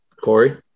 Corey